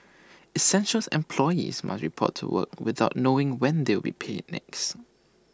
essential employees must report to work without knowing when they'll be paid next